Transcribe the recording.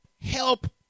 help